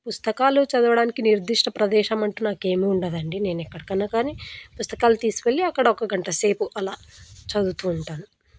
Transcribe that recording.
పుస్తకాలు చదవడానికి నిర్దిష్ట ప్రదేశం అంటూ నాకేమీ ఉండదండి నేను ఎక్కడికైనా కానీ పుస్తకాలు తీసుకెళ్ళి అక్కడ ఒక గంట సేపు అలా చదువుతూ ఉంటాను